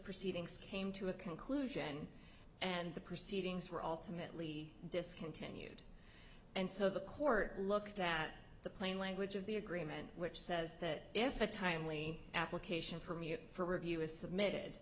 proceedings came to a conclusion and the proceedings were ultimately discontinued and so the court looked at the plain language of the agreement which says that if a timely application for me it for review is submitted